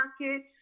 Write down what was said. market